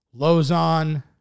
Lozon